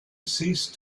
ceased